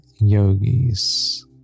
yogis